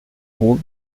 hohe